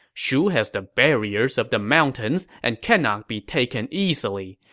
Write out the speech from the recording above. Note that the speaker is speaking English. shu has the barriers of the mountains and cannot be taken easily.